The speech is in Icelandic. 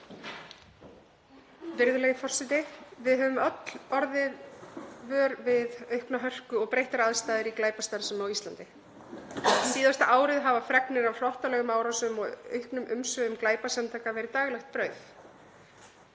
Virðulegi forseti. Við höfum öll orðið vör við aukna hörku og breyttar aðstæður í glæpastarfsemi á Íslandi. Síðasta árið hafa fregnir af hrottalegum árásum og auknum umsvifum glæpasamtaka verið daglegt brauð.